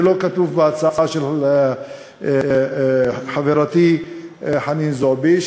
זה לא כתוב בהצעה של חברתי חנין זועבי,